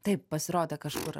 taip pasirodė kažkur